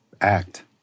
act